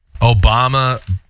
Obama